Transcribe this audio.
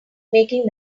making